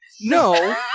No